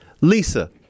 Lisa